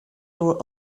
your